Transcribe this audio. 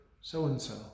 so-and-so